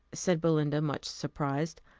said belinda, much surprised.